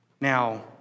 Now